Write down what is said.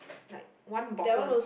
like one bottle